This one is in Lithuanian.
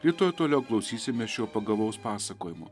rytoj toliau klausysime šio pagavaus pasakojimo